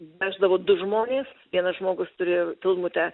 veždavo du žmonės vienas žmogus turi filmutę